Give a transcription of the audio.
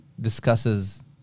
discusses